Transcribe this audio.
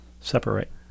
Separate